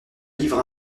livre